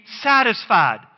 satisfied